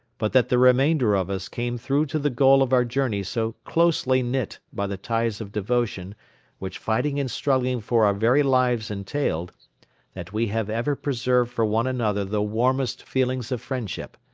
but that the remainder of us came through to the goal of our journey so closely knit by the ties of devotion which fighting and struggling for our very lives entailed that we have ever preserved for one another the warmest feelings of friendship.